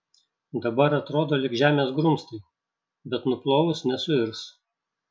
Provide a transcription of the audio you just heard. dabar atrodo lyg žemės grumstai bet nuplovus nesuirs